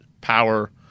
power